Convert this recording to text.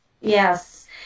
Yes